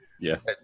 Yes